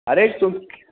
आरे चुप